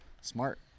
Smart